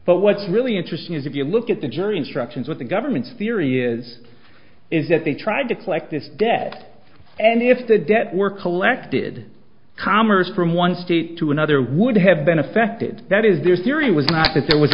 but what's really interesting is if you look at the jury instructions what the government's theory is is that they tried to collect this debt and if the debt were collected commerce from one state to another would have been affected that is their theory was not that there was